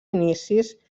inicis